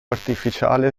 artificiale